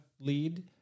lead